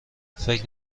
فکر